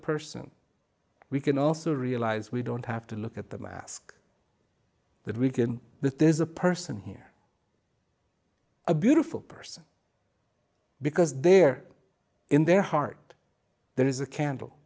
person we can also realize we don't have to look at the mask that we can that there's a person here a beautiful person because they're in their heart there is a candle